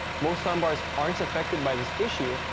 most soundbars arent affected by this issue,